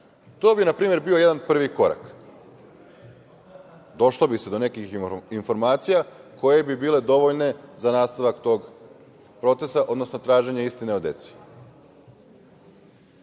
To bi na primer bio jedan prvi korak. Došlo bi se do nekih informacija koje bi bile dovoljne za nastavak tog procesa, odnosno traženja istine o deci. To